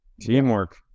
Teamwork